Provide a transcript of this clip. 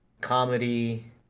comedy